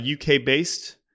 UK-based